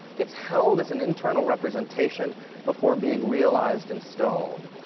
it's held as an internal representation before being realized in stone,